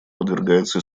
подвергается